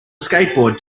skateboard